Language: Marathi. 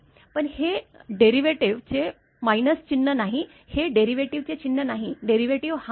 पण हे डेरिव्हेटिव्ह चे मायनस चिन्ह नाही हे डेरिव्हेटिव्ह चे चिन्ह नाही डेरिव्हेटिव्ह हा आहे